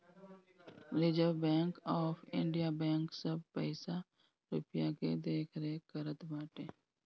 reserve Bank of India bank सब पईसा रूपया के देखरेख करत बाटे